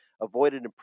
avoided